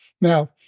Now